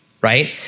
right